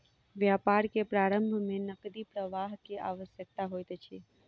व्यापार के प्रारम्भ में नकदी प्रवाह के आवश्यकता होइत अछि